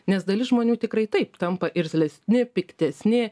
nes dalis žmonių tikrai taip tampa irzlesni piktesni